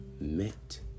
met